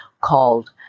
called